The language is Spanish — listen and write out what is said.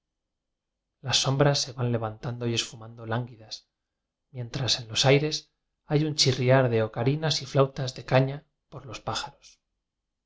las sombras se van levantando y esfu mando lánguidas mientras en los aires hay un chirriar de ocarinas y flautas de caña por los pájaros